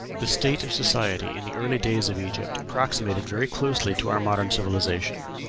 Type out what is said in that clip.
the state of society in the early days of egypt approximated very closely to our modern civilization.